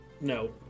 no